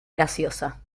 graciosa